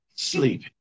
sleep